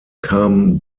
kam